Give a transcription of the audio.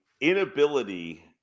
inability